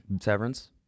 Severance